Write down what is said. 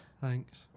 Thanks